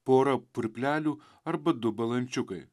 pora purplelių arba du balandžiukai